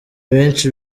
benshi